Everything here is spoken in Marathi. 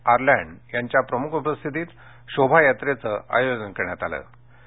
आरलॅंड यांच्या प्रमुख उपस्थितीत शोभायात्रेचं आयोजन करण्यात आलं होतं